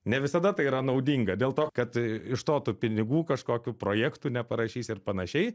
ne visada tai yra naudinga dėl to kad iš to tu pinigų kažkokių projektų neparašysi ir panašiai